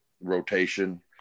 rotation